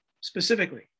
specifically